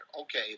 Okay